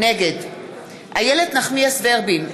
נגד איילת נחמיאס ורבין,